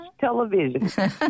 television